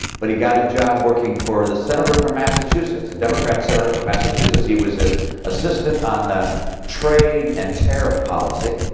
but he got a job working for the senator from massachusetts, a democrat senator from massachusetts. he was his assistant on trade and tariff policy.